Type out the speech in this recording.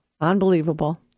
unbelievable